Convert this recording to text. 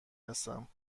هستم